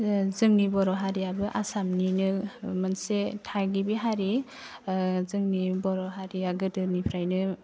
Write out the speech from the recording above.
जोंनि बर' हारियाबो आसामनिनो मोनसे थागिबि हारि जोंनि बर' हारिया गोदोनिफ्रायनो